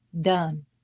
done